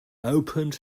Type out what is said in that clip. opened